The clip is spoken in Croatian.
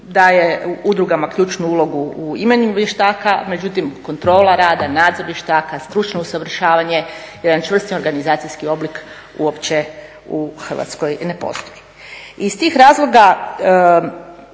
daje udrugama ključnu ulogu u …/Govornik se ne razumije./… vještaka međutim kontrola rada, nadzor vještaka, stručno usavršavanje, jedan čvrsti organizacijski oblik uopće u Hrvatskoj ne postoji. I iz tih razloga